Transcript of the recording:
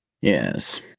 Yes